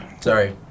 Sorry